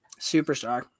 Superstar